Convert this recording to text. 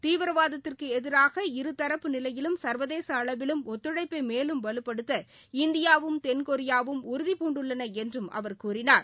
தீவிரவாதத்திற்கு எதிராக இரு தரப்பு நிலையிலும் சர்வதேச அளவிலும் ஒத்துழழப்பை மேலும் வலுப்படுத்த இந்தியாவும் தென்கொரியாவும் உறுதிபூண்டுள்ளன என்றும் அவர் கூறினார்